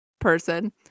person